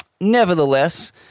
Nevertheless